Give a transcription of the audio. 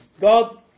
God